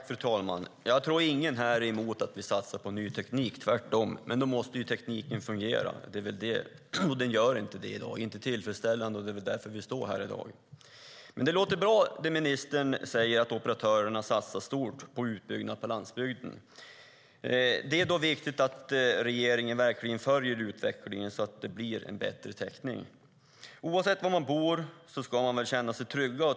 Fru talman! Jag tror ingen här är emot att vi satsar på ny teknik, tvärtom, men då måste tekniken fungera. Det gör den inte tillfredsställande i dag, och det är därför vi står här i dag och debatterar. Ministern säger att operatörerna satsar stort på utbyggnad på landsbygden, och det låter bra. Det är då viktigt att regeringen verkligen följer utvecklingen så att det blir en bättre täckning. Oavsett var man bor ska man känna sig trygg.